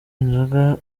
inzoga